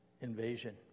invasion